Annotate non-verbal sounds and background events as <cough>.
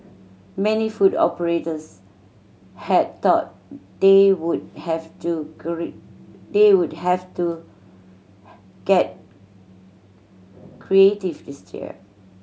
many food operators had thought they would have to <unintelligible> they would have to get creative this year